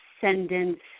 descendants